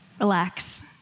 Relax